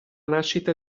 nascita